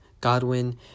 Godwin